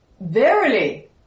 verily